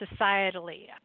societally